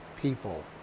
people